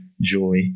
joy